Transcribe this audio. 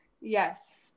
Yes